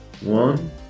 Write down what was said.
One